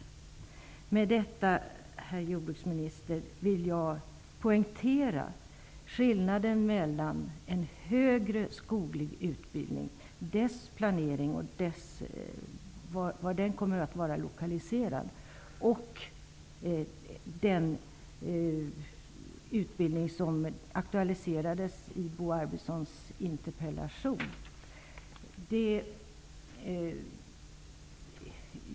Med detta, herr jordbruksminister, vill jag poängtera skillnaden mellan en högre skoglig utbildning, dess planering och dess lokalisering, och den utbildning som aktualiserades i Bo Arvidsons interpellation.